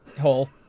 Hole